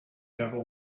devil